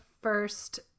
first